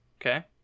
Okay